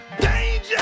Danger